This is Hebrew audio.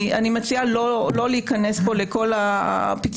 אני מציעה לא להיכנס פה לכל הפיצולים